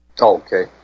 Okay